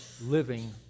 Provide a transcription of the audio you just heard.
living